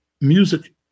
Music